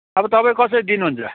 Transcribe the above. अब तपाईँ कसरी दिनुहुन्छ